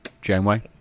Janeway